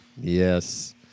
Yes